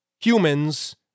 humans